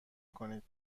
کنید